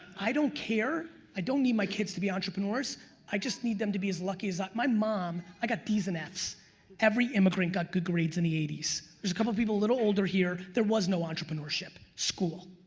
i don't care, i don't need my kids to be entrepreneurs i just need them to be as lucky as like my mom i got d's and f's every immigrant got good grades in the eighty s. there's a couple of people a little older here there was no entrepreneurship. school.